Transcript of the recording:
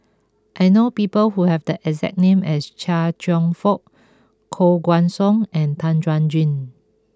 I know people who have the exact name as Chia Cheong Fook Koh Guan Song and Tan Chuan Jin